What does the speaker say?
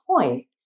point